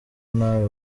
nawe